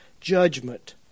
judgment